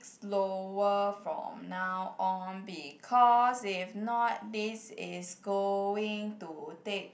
slower from now on because if not this is going to take